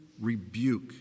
rebuke